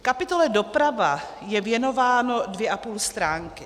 Kapitole doprava je věnováno dvě a půl stránky.